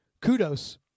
kudos